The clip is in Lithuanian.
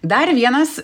dar vienas